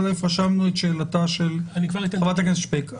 רשמנו את שאלתה של חברת הכנסת שפק.